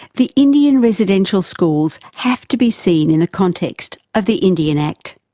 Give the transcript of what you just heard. the indian residential schools have to be seen in the context of the indian act.